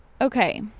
Okay